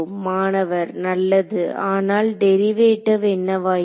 மாணவர் நல்லது ஆனால் டெரிவேட்டிவ் என்னவாயிற்று